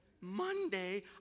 Monday